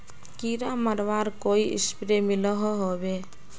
कीड़ा मरवार कोई स्प्रे मिलोहो होबे?